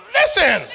listen